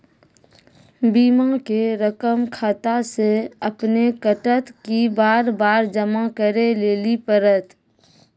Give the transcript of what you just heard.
बीमा के रकम खाता से अपने कटत कि बार बार जमा करे लेली पड़त?